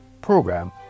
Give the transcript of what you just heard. program